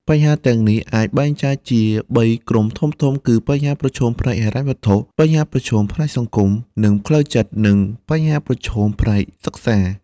បញ្ហាទាំងនេះអាចបែងចែកជាបីក្រុមធំៗគឺ បញ្ហាប្រឈមផ្នែកហិរញ្ញវត្ថុ បញ្ហាប្រឈមផ្នែកសង្គម និងផ្លូវចិត្ត និងបញ្ហាប្រឈមផ្នែកសិក្សា។